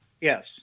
yes